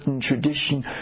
tradition